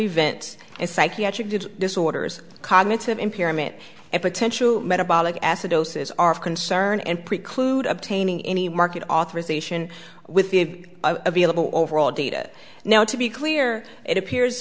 event and psychiatric did disorders cognitive impairment and potential metabolic acidosis are of concern and preclude obtaining any market authorization with the available overall data now to be clear it appears